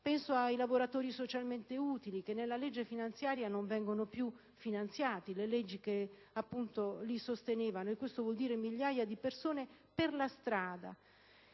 Penso ai lavoratori socialmente utili, perché nella legge finanziaria non vengono rifinanziate le leggi che li sostenevano e questo vuol dire che migliaia di persone resteranno